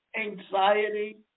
Anxiety